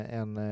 en